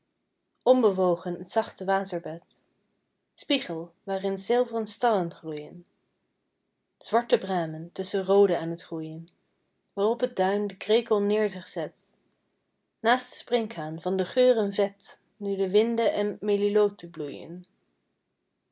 onbewogen t zachte waterbed spiegel waarin zilvren starren gloeien zwarte bramen tusschen roode aan t groeien waar op t duin de krekel neer zich zet naast den sprinkhaan van de geuren vet nu de winde en melilote bloeien